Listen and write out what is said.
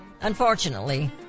Unfortunately